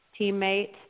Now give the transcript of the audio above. teammate